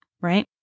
right